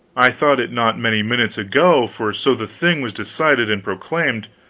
i thought it not many minutes ago, for so the thing was decided and proclaimed.